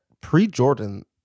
pre-jordan